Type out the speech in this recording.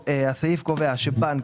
הסעיף קובע שבנק,